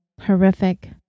horrific